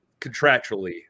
contractually